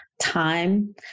time